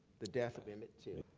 the death of emmett till.